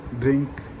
drink